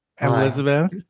Elizabeth